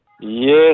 Yes